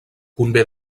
convé